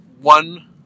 one